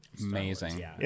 Amazing